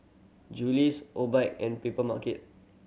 Julie's Obike and Papermarket